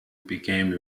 became